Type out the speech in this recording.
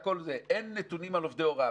אין נתונים על עובדי הוראה.